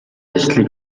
ажлын